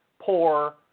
poor